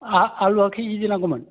आलुआ खै खेजि नांगौमोन